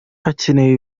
hakenewe